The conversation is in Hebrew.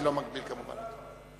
אני לא מגביל כמובן אותו.